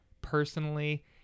personally